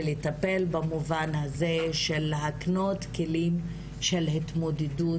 ולטפל במובן הזה של להקנות כלים של התמודדות